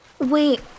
Wait